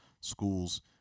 schools